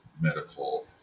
medical